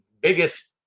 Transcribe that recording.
biggest